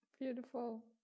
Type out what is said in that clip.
Beautiful